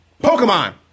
Pokemon